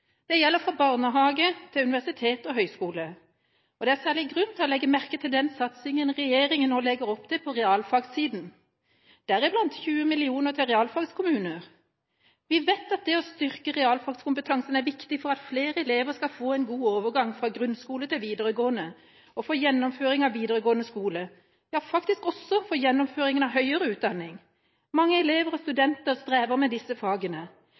Det gjelder fra barnehage til universitet og høyskole. Det er særlig grunn til å legge merke til den satsingen regjeringa nå legger opp til på realfagssida, med bl.a. 20 mill. kr til realfagskommuner. Vi vet at det å styrke realfagskompetansen er viktig for at flere elever skal få en god overgang fra grunnskole til videregående skole og for gjennomføring av videregående skole, ja faktisk også for gjennomføring av høyere utdanning. Mange elever og studenter strever med disse fagene,